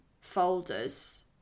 folders